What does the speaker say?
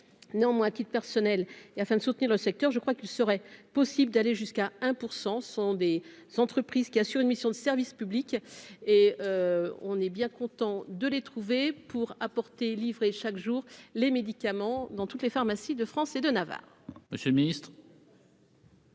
néanmoins personnel et afin de soutenir le secteur je crois qu'il serait possible d'aller jusqu'à 1 % sont des c'entreprise qui assure une mission de service public et on est bien content de les trouver pour apporter livrer chaque jour les médicaments dans toutes les pharmacies de France et de Navarre,